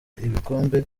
ibikombe